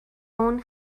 اون